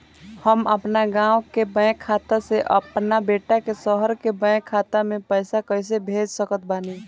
हम अपना गाँव के बैंक खाता से अपना बेटा के शहर के बैंक खाता मे पैसा कैसे भेज सकत बानी?